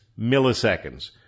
Milliseconds